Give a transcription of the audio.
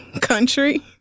country